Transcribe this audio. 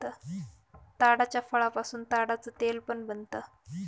ताडाच्या फळापासून ताडाच तेल पण बनत